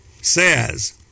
says